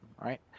right